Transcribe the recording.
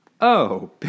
Oh